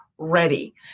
Ready